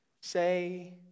say